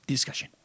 Discussion